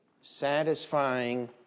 satisfying